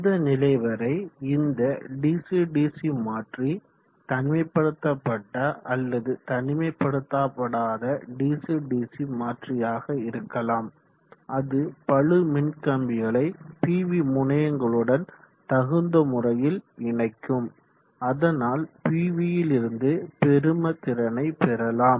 இந்த நிலை வரை இந்த டிசி டிசி மாற்றி தனிமைப்படுத்தப்பட்ட அல்லது தனிமைப்படுத்தப்படாத டிசி டிசி மாற்றியாக இருக்கலாம் அது பளு மின்கம்பிகளை பிவி முனையங்களுடன் தகுந்த முறையில் இணைக்கும் அதனால் பிவியில் இருந்து பெரும திறனை பெறலாம்